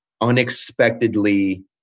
unexpectedly